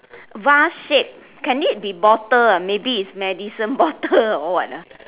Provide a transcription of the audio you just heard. vase shape can it be bottle maybe it's medicine bottle or what ah